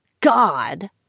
god